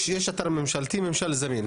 הרשימה הערבית המאוחדת): יש אתר ממשלתי ממשל זמין,